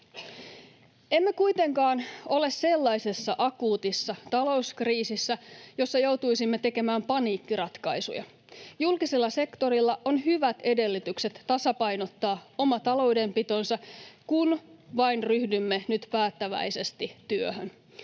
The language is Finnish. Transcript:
Emme kuitenkaan ole sellaisessa akuutissa talouskriisissä, jossa joutuisimme tekemään paniikkiratkaisuja. Julkisella sektorilla on hyvät edellytykset tasapainottaa oma taloudenpitonsa, kun vain ryhdymme nyt päättäväisesti työhön.